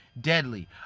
deadly